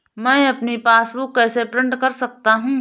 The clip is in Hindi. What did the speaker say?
मैं अपनी पासबुक कैसे प्रिंट कर सकता हूँ?